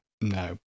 no